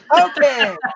okay